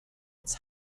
its